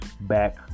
Back